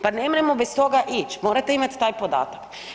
Pa nemremo bez toga ić', morate imati taj podatak.